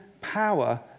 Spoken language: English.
power